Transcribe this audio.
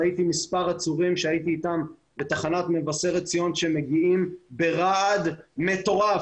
ראיתי מספר עצורים שהייתי אתם בתחנת מבשרת ציון שמגיעים ברעד מטורף